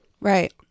Right